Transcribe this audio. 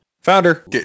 Founder